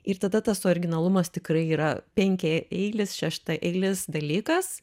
ir tada tas originalumas tikrai yra penkiaeilis šeštaeilis dalykas